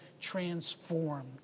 transformed